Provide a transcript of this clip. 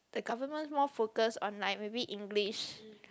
the Government more focused on like maybe English